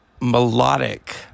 melodic